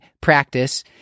practice